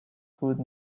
good